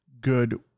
good